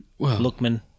Lookman